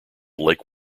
lake